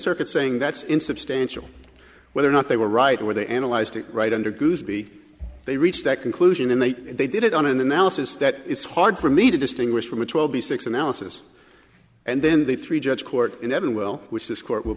circuit saying that's insubstantial whether or not they were right where they analyzed it right under goosby they reached that conclusion and they they did it on an analysis that it's hard for me to distinguish from a twelve b six analysis and then the three judge court eleven well which this court will